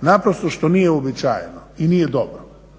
naprosto što nije uobičajeno i nije dobro.